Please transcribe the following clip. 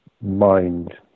mind